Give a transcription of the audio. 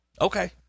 Okay